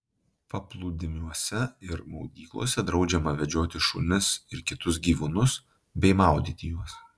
paplūdimiuose ir maudyklose draudžiama vedžioti šunis ir kitus gyvūnus bei maudyti juos